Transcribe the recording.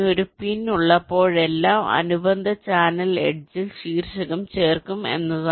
ഒരു പിൻ ഉള്ളപ്പോഴെല്ലാം അനുബന്ധ ചാനൽ എഡ്ജിൽ ശീർഷകം ചേർക്കും എന്നതാണ്